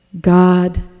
God